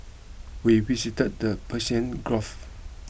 we visited the Persian Gulf